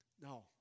No